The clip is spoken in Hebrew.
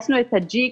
גייסנו את אג'יק,